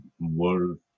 world